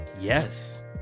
Yes